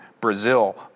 Brazil